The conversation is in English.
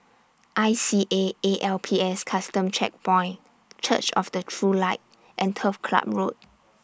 I C A A L P S Custom Checkpoint Church of The True Light and Turf Ciub Road